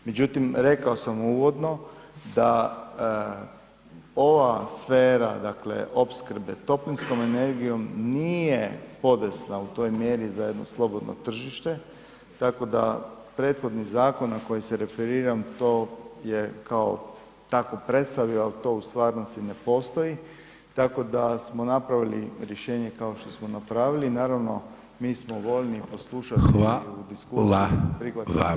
Međutim, rekao sam uvodno da ova sfera dakle opskrbe toplinskom energijom nije podesna u toj mjeri za jedno slobodno tržište, tako da prethodni zakon na koji se referiram, to je kao takvo predstavio, ali to u stvarnosti ne postoji, tako da smo napravili rješenje kao što smo napravili i naravno mi smo voljni poslušati diskusiju i prihvatiti novitete.